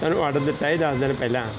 ਤੁਹਾਨੂੰ ਆਰਡਰ ਦਿੱਤਾ ਸੀ ਦਸ ਦਿਨ ਪਹਿਲਾਂ